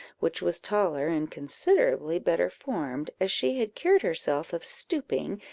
which was taller, and considerably better formed, as she had cured herself of stooping,